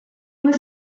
was